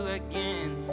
again